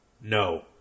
No